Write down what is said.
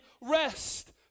rest